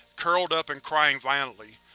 curled up and crying violently.